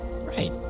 right